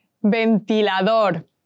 Ventilador